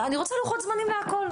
אני רוצה לוחות זמנים להכל.